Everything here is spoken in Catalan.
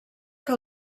que